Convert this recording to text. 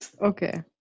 Okay